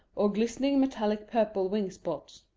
or glistening metallic purple wing spots.